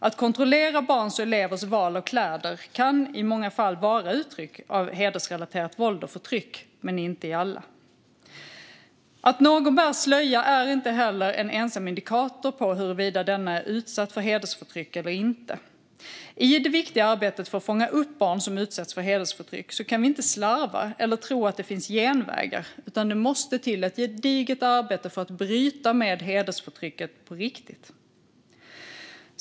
Att kontrollera barns och elevers val av kläder kan i många fall vara uttryck för hedersrelaterat våld och förtryck men är det inte i alla fall. Att någon bär slöja är inte heller en ensam indikator på huruvida denna är utsatt för hedersförtryck eller inte. I det viktiga arbetet för att fånga upp barn som utsätts för hedersförtryck kan vi inte slarva eller tro att det finns genvägar, utan det måste till ett gediget arbete för att bryta med hedersförtrycket på riktigt.